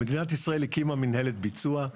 מדינת ישראל הקימה מנהלת ביצוע,